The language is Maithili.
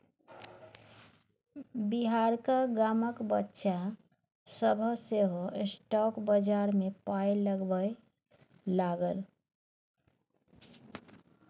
बिहारक गामक बच्चा सभ सेहो स्टॉक बजार मे पाय लगबै लागल